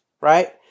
right